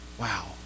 Wow